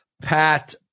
Pat